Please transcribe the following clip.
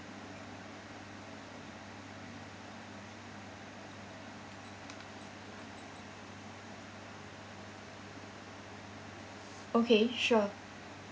okay sure